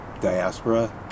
diaspora